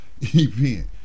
event